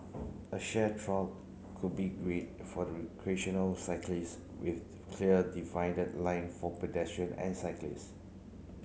a shared trail would be great for recreational cyclists with clear divided lines for pedestrian and cyclists